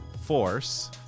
Force